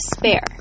despair